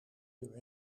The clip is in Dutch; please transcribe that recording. uur